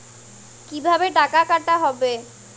কিভাবে টাকা কাটা হবে?